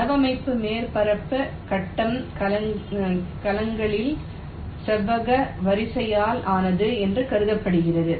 தளவமைப்பு மேற்பரப்பு கட்டம் கலங்களின் செவ்வக வரிசையால் ஆனது என்று கருதப்படுகிறது